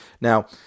Now